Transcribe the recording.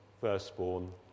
firstborn